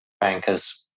bankers